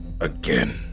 again